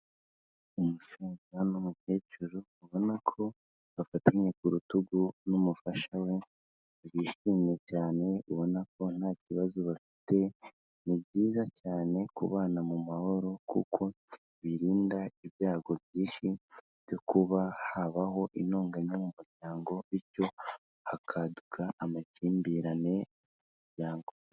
Umusaza n'umukecuru ubona ko bafatanye ku rutugu n'umufasha we, bishimye cyane ubona ko nta kibazo bafite. Ni byiza cyane kubana mu mahoro, kuko birinda ibyago byinshi byo kuba habaho intonganya mu muryango bityo hakaduka amakimbirane mu miryango.